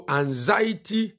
anxiety